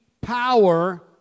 power